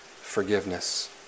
Forgiveness